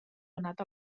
donat